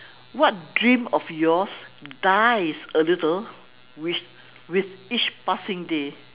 what dream of yours dies a little with with each passing day